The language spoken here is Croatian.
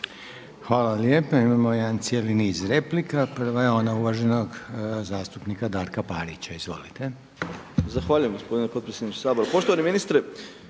Hvala lijepa. Imamo jedan cijeli niz replika. Prva je ona uvaženog zastupnika Darka Parića. Izvolite. **Parić, Darko (SDP)** Zahvaljujem gospodine potpredsjedniče Sabora. Poštovani ministre,